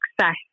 success